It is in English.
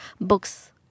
books